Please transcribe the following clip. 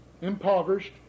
impoverished